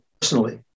personally